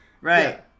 Right